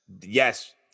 Yes